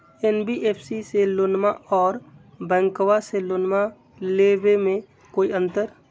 NBFC से लोनमा आर बैंकबा से लोनमा ले बे में कोइ अंतर?